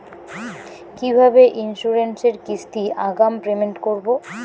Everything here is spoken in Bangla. কিভাবে ইন্সুরেন্স এর কিস্তি আগাম পেমেন্ট করবো?